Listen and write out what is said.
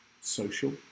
social